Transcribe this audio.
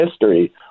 history